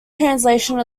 translation